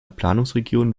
planungsregion